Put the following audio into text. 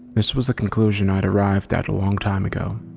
this was a conclusion i'd arrived at a long time ago.